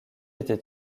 été